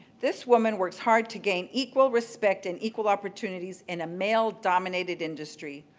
this woman works hard to gain equal respect and equal opportunities in a male-dominated industry.